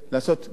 לעשות גם,